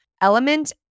Element